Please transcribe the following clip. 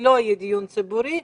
ולא יהיה דיון ציבורי,